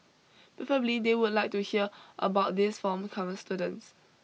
preferably they would like to hear about these from current students